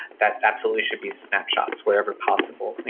that absolutely should be snapshots wherever possible. so